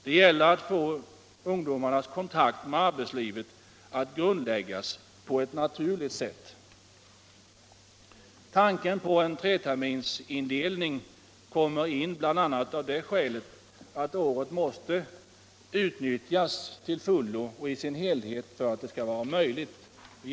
Det gäller att på ett naturligt sätt grundlägga ungdomarnas kontakt med arbetslivet. Tanken på en treterminsindelning kommer in bl.a. av det skälet att året måste utnyttjas i sin helhet.